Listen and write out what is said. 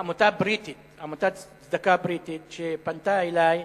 עמותת צדקה בריטית פנתה אלי.